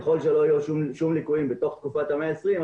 ככל שלא יהיו ליקויים בתוך תקופת ה-120,